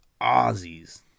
Aussies